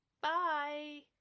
Bye